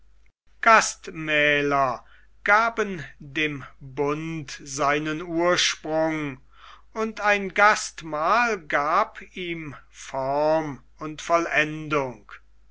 gastmähler gaben dem bund seinen ursprung und ein gastmahl gab ihm form und